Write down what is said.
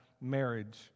marriage